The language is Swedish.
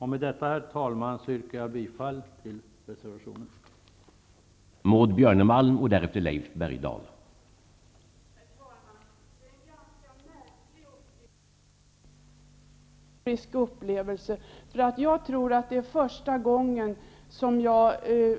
Med detta, herr talman, yrkar jag bifall till reservationen.